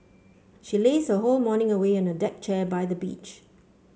she lazed her whole morning away on a deck chair by the beach